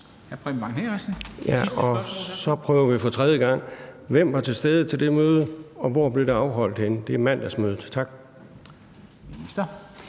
så prøver vi for tredje gang: Hvem var til stede til det møde? Og hvorhenne blev det afholdt? Det er mandagsmødet, tak.